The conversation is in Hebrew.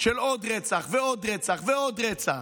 עוד רצח ועוד רצח ועוד רצח.